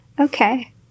Okay